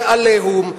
זה "עליהום",